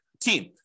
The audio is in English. Team